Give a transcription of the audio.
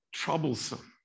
Troublesome